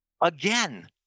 again